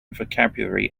vocabulary